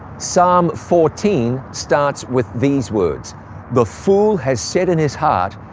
psalm fourteen starts with these words the fool has said in his heart,